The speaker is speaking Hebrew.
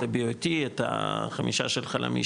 את החמישה של חלמיש,